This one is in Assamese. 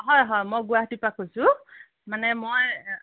হয় হয় মই গুৱাহাটীৰ পৰা কৈছোঁ মানে মই